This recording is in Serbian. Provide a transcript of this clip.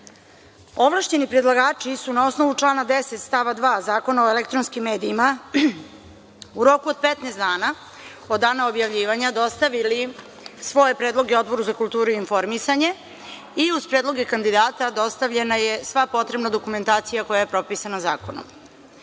skupštine. Ovlašćeni predlagači su, na osnovu člana 10. stava 2. Zakona o elektronskim medijima, u roku od 15 dana od dana objavljivanja, dostavili svoje predloge Odboru za kulturu i informisanje i uz predloge kandidata dostavljena sva potrebna dokumentacija koja je propisana zakonom.